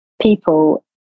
people